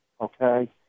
okay